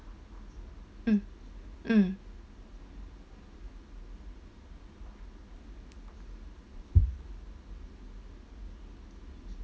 mm mm